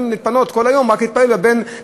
להתפנות כל היום ורק לטפל בבן-משפחה,